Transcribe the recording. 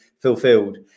fulfilled